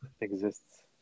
exists